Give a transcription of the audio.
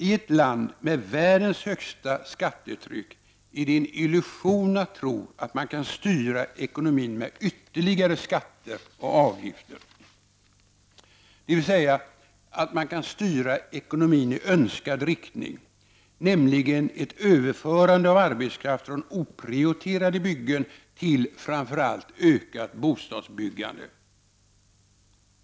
I ett land med världens högsta skattetryck är det en illusion att tro att man kan styra ekonomin med ytterligare skatter och avgifter, dvs. att man kan styra ekonomin i önskad riktning, nämligen ett överförande av arbetskraft från oprioriterade byggen till framför allt ökat bostadsbyggande.